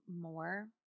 more